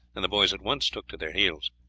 and the boys at once took to their heels.